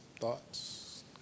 Thoughts